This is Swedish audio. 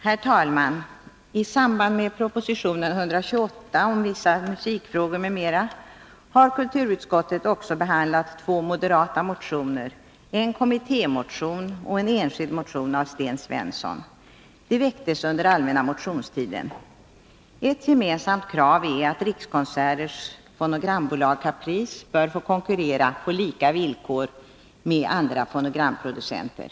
Herr talman! I samband med proposition 128 om vissa musikfrågor m.m. har kulturutskottet också behandlat två moderata motioner, en kommitté motion och en enskild motion av Sten Svensson. De väcktes under allmänna motionstiden. Ett gemensamt krav är att Rikskonserters fonogrambolag Caprice bör få konkurrera på lika villkor med andra fonogramproducenter.